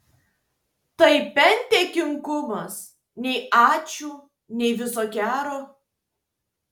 tai bent dėkingumas nei ačiū nei viso gero